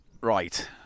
right